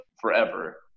forever